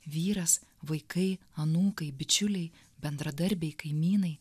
vyras vaikai anūkai bičiuliai bendradarbiai kaimynai